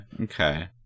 Okay